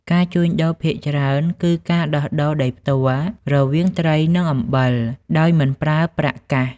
ការជួញដូរភាគច្រើនគឺការដោះដូរដោយផ្ទាល់រវាងត្រីនិងអំបិលដោយមិនប្រើប្រាស់ប្រាក់កាស។